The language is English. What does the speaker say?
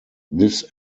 this